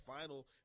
final